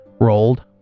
rolled